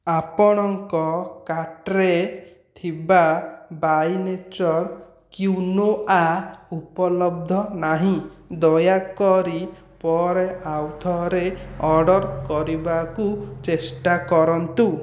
ଆପଣଙ୍କ କାର୍ଟ୍ରେ ଥିବା ବାୟ ନେଚର କ୍ୱିନୋଆ ଉପଲବ୍ଧ ନାହିଁ ଦୟାକରି ପରେ ଆଉଥରେ ଅର୍ଡ଼ର୍ କରିବାକୁ ଚେଷ୍ଟା କରନ୍ତୁ